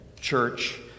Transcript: church